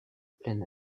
plein